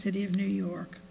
city of new york